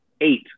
eight